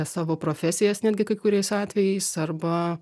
savo profesijas netgi kai kuriais atvejais arba